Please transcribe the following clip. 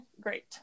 great